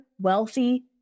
wealthy